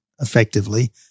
effectively